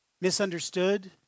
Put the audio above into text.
misunderstood